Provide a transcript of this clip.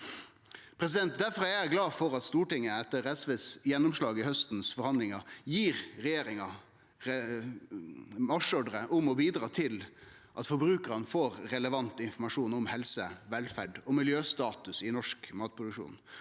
Difor er eg glad for at Stortinget etter SVs gjennomslag i forhandlingane i haust gir regjeringa marsjordre om å bidra til at forbrukarane får relevant informasjon om helse, velferd og miljøstatus i norsk matproduksjon,